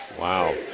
Wow